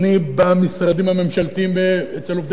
במשרדים הממשלתיים אצל עובדי קבלן,